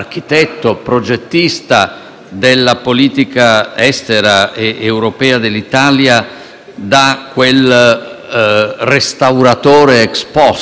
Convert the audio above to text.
da quel restauratore *ex post* della politica europea dell'Italia che è costretto ad essere oggi.